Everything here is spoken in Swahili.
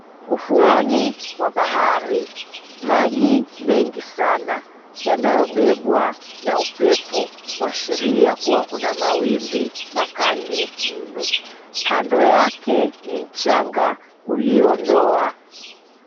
Ufuoni mwa bahari, maji mengi sana yanayobebwa na upepo, kuashiria kuna mawimbi makali mno. Kando yake ni mchanga ulioloa.